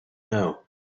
know